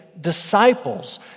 disciples